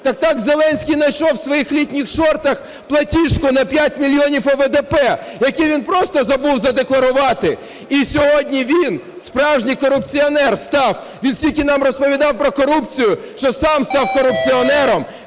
так Зеленський зайшов в своїх літніх шортах платіжку на 5 мільйонів ОВДП, які він просто забув задекларувати. І сьогодні він справжній корупціонер став, він стільки нам розповідав про корупцію, що сам став корупціонером,